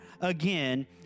again